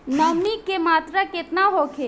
नमी के मात्रा केतना होखे?